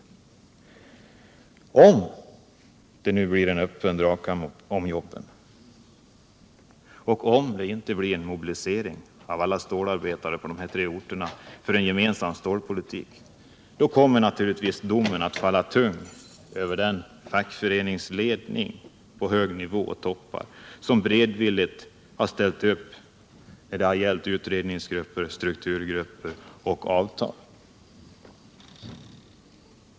Om det nu blir en öppen dragkamp om jobben, och om det inte sker en mobilisering av alla stålarbetare på de här tre orterna för en gemensam stålpolitik, då kommer naturligtvis domen att falla tung över den fackföreningsledning på hög nivå som beredvilligt har ställt upp när det har gällt utvecklingsgrupper, strukturgrupper och avtal.